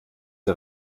der